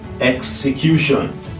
execution